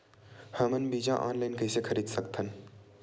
हमन बीजा ऑनलाइन कइसे खरीद सकथन?